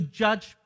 judge